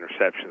interceptions